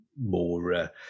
more